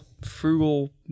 frugal